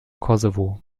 kosovo